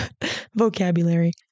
vocabulary